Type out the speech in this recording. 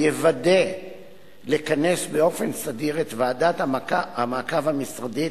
יוודא לכנס באופן סדיר את ועדת המעקב המשרדית